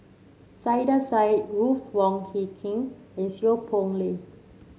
Saiedah Said Ruth Wong Hie King and Seow Poh Leng